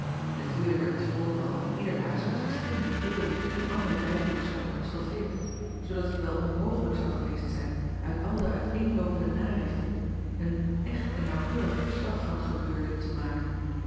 atuurlijk werd het voorval in ieder huis met verschillende kleuren en andere bijvoegselen gestoffeerd zoodat het wel onmogelijk zou geweest zijn uit al de uiteenloopende narichten een echt en naauwkeurig verslag van t gebeurde te maken